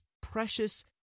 precious